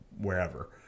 wherever